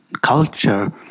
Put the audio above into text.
culture